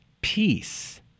peace